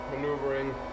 maneuvering